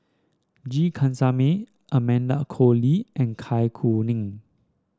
G Kandasamy Amanda Koe Lee and Kai Kuning